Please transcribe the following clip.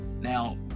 now